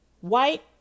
White